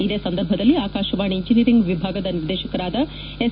ಇದೇ ಸಂದರ್ಭದಲ್ಲಿ ಆಕಾಶವಾಣಿ ಇಂಜಿನಿಯರಿಂಗ್ ವಿಭಾಗದ ನಿರ್ದೇಶಕರಾದ ಎಸ್